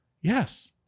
Yes